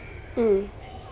mm